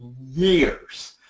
years